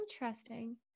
interesting